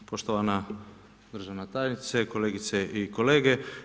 Poštovana državna tajnice, kolegice i kolege.